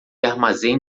armazém